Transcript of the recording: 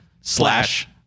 slash